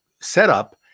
setup